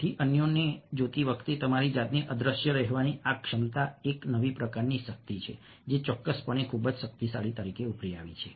તેથી અન્યને જોતી વખતે તમારી જાતને અદ્રશ્ય રહેવાની આ ક્ષમતા એક નવી પ્રકારની શક્તિ છે જે ચોક્કસપણે ખૂબ જ શક્તિશાળી તરીકે ઉભરી આવી છે